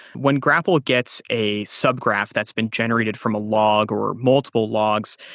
when graple gets a sub-graph that's been generated from a log or multiple logs,